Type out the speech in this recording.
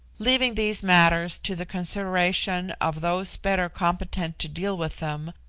leaving these matters to the consideration of those better competent to deal with them,